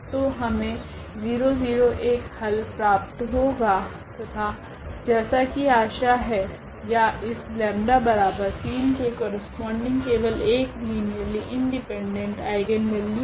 तो हमे 001T हल प्राप्त होगा तथा जैसा की आशा है या इस 𝜆3 की करस्पोंडिंग केवल एक लीनियरली इंडिपेंडेंट आइगनवेल्यू है